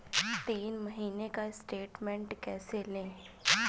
तीन महीने का स्टेटमेंट कैसे लें?